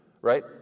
Right